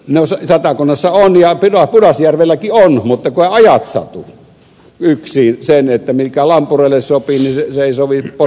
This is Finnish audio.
no satakunnassa on ja pudasjärvelläkin on mutta kun eivät ajat satu yksiin mikä lampureille sopii niin se ei sovi poromiehille